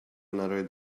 another